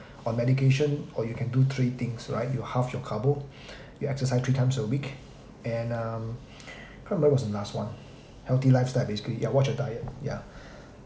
or medication or you can do three things right you half your carbo you exercise three times a week and err can't remember what's the last one healthy lifestyle basically ya watch your diet ya